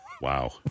Wow